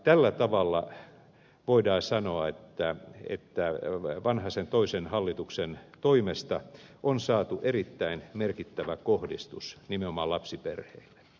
tällä tavalla voidaan sanoa että vanhasen toisen hallituksen toimesta on saatu erittäin merkittävä kohdistus nimenomaan lapsiperheille